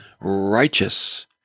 righteous